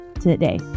today